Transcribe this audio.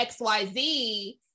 xyz